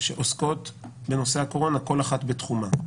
שעוסקות בנושא הקורונה, כל אחת בתחומה,